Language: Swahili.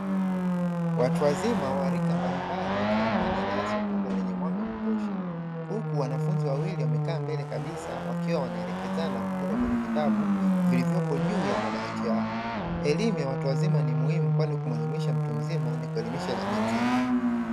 Watuwazima walika mbalimbali wakiwa ndani ya darasa kubwa lenye mwanga wa kutosha, huku wanafunzi wawili wamekaa mbele kabisa wakiwa wanaelekeza na kutoa wenye vitabu zilizopo juu ya madawati yao. Elimu ya watu wazima ni muhimu kwani kumwelimisha mtu mzima ni kuelimisha jamii nzima.